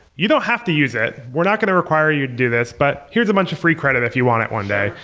you don't have to use it. we're not going to require you to do this, but here's a bunch of free credit if you want it one day,